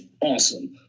awesome